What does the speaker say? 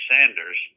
Sanders